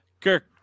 kirk